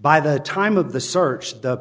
by the time of the search the